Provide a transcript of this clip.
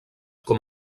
com